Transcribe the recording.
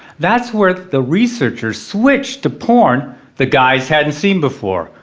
that's where the researchers switch to porn the guys hadn't seen before.